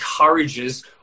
encourages